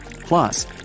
Plus